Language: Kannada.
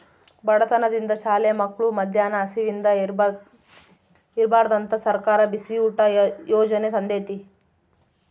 ಬಡತನದಿಂದ ಶಾಲೆ ಮಕ್ಳು ಮದ್ಯಾನ ಹಸಿವಿಂದ ಇರ್ಬಾರ್ದಂತ ಸರ್ಕಾರ ಬಿಸಿಯೂಟ ಯಾಜನೆ ತಂದೇತಿ